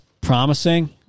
promising